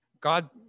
God